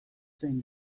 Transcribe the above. zen